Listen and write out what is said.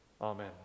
Amen